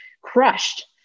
crushed